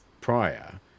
prior